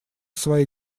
своей